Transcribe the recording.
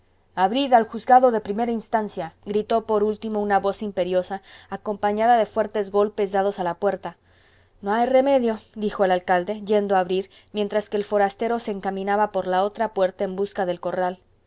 abrid al juzgado de primera instancia gritó por último una voz imperiosa acompañada de fuertes golpes dados a la puerta no hay remedio dijo el alcalde yendo a abrir mientras que el forastero se encaminaba por la otra puerta en busca del corral